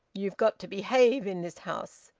you've got to behave in this house.